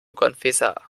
confesar